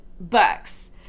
books